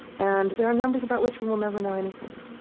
and there are numbers about which we will never know anything.